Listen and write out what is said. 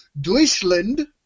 Deutschland